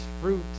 fruit